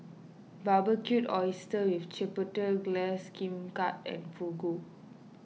Barbecued Oysters with Chipotle Glaze Kimbap and Fugu